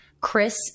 Chris